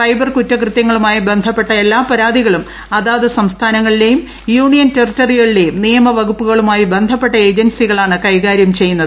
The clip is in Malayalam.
സൈബർ കുറ്റകൃത്യങ്ങളുമായി ബന്ധപ്പെട്ട എല്ലിട്ട് പരാതികളും അതാതു സംസ്ഥാനങ്ങളിലേയും യൂണിയ്ക്കു ടെറിറ്ററികളിലേയും നിയമ വകുപ്പുകളുമായി ബന്ധപ്പെട്ട ഏജ്ൻസികളാണ് കൈകാര്യം ചെയ്യുന്നത്